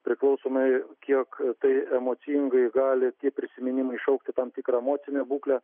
priklausomai kiek tai emocingai gali tie prisiminimai iššaukti tam tikrą emocinę būklę